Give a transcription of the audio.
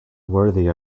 worthy